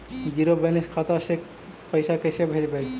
Zero balance खाता से पैसा कैसे भेजबइ?